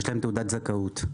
יש להם תעודת זכאות.